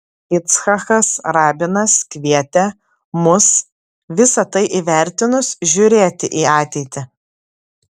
icchakas rabinas kvietė mus visa tai įvertinus žiūrėti į ateitį